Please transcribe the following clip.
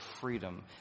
freedom